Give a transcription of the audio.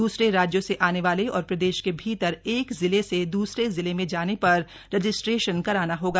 द्रसरे राज्यों से आने वाले और प्रदेश के भीतर एक जिले से द्रसरे जिले में जाने पर रजिस्ट्रेशन कराना होगा